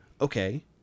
okay